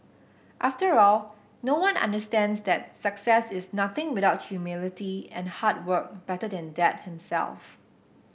after all no one understands that success is nothing without humility and hard work better than Dad himself